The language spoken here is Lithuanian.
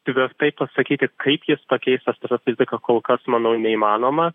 tvirtai pasakyti kaip jis pakeis astrofiziką kol kas manau neįmanoma